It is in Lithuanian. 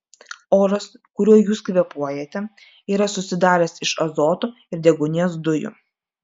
oras kuriuo jūs kvėpuojate yra susidaręs iš azoto ir deguonies dujų